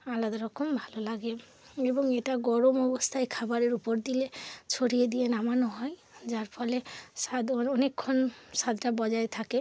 আলাদা রকম ভালো লাগে এবং এটা গরম অবস্থায় খাবারের উপর দিলে ছড়িয়ে দিয়ে নামানো হয় যার ফলে স্বাদও আর অনেকক্ষণ স্বাদটা বজায় থাকে